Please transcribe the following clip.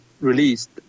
released